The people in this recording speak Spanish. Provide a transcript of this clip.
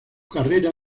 carrera